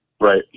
Right